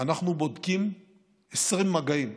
אנחנו בודקים 20 מגעים,